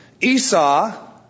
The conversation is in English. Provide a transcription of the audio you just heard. Esau